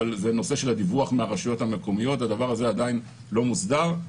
אבל זה נושא של הדיווח מהרשויות המקומיות והדבר הזה עדיין לא מוסדר.